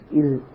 ill